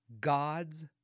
God's